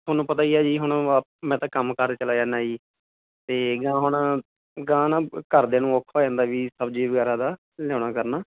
ਤੁਹਾਨੂੰ ਪਤਾ ਹੀ ਆ ਜੀ ਹੁਣ ਮੈਂ ਤਾਂ ਕੰਮ ਕਾਰ ਚਲਾ ਜਾਂਦਾ ਜੀ ਅਤੇ ਹੁਣ ਗਾਂਹ ਨਾ ਘਰਦਿਆਂ ਨੂੰ ਔਖਾ ਹੋ ਜਾਂਦਾ ਵੀ ਸਬਜ਼ੀ ਵਗੈਰਾ ਦਾ ਲਿਆਉਣਾ ਕਰਨਾ